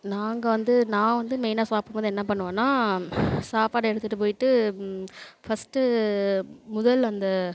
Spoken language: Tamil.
நாங்கள் வந்து நான் வந்து மெயினாக சாப்பிடும்போது என்ன பண்ணுவேன்னா சாப்பாடை எடுத்துட்டு போய்ட்டு ஃபஸ்ட்டு முதல் அந்த